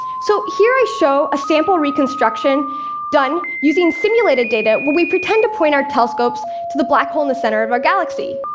so here i show a sample reconstruction done using simulated data, when we pretend to point our telescopes to the black hole in the center of our galaxy.